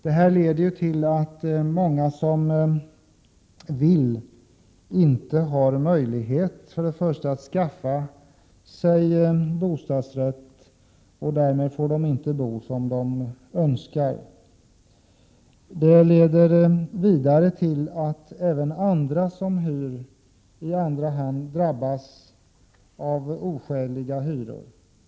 Detta leder till att många som vill skaffa sig bostadsrätt inte har möjlighet till detta. Därmed får de inte bo som de önskar. Det leder vidare till att personer som hyr i andra hand drabbas av oskäliga hyror.